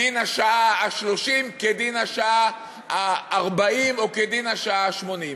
דין השעה ה-30 כדין השעה ה-40 או כדין השעה ה-80.